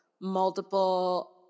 multiple